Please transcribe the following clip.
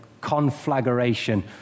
conflagration